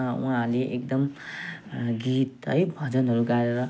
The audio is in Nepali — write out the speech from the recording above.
उहाँहरूले एकदम गीत है भजनहरू गाएर